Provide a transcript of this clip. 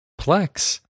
Plex